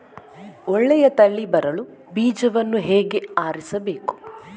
ಒಳ್ಳೆಯ ತಳಿ ಬರಲು ಬೀಜವನ್ನು ಹೇಗೆ ಆರಿಸಬೇಕು?